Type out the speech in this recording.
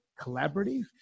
collaborative